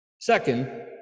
Second